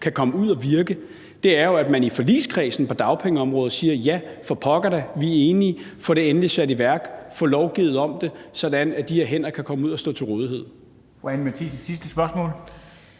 at komme ud at virke, er jo, at man i forligskredsen på dagpengeområdet ikke siger: Ja, for pokker da, vi er enige, få det endelig sat i værk, få lovgivet om det, sådan at de her hænder kan komme ud og være til rådighed. Kl. 13:43 Formanden (Henrik